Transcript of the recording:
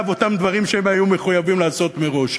אותם דברים שהן היו מחויבות לעשות מראש.